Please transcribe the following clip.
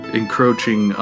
encroaching